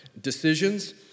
decisions